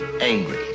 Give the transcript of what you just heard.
angry